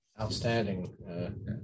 Outstanding